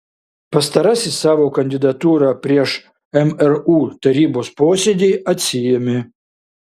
pastarasis savo kandidatūrą prieš mru tarybos posėdį atsiėmė